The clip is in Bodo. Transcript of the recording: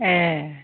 एह